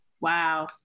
Wow